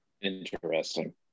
Interesting